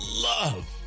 love